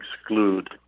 exclude